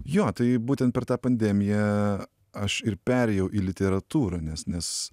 jo tai būtent per tą pandemiją aš ir perėjau į literatūrą nes nes